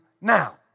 now